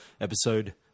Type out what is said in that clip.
episode